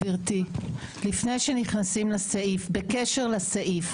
גברתי, לפני שנכנסים לסעיף, בקשר לסעיף,